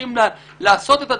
צריכים לעשות את הדברים,